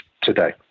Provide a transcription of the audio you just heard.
today